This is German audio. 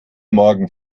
morgen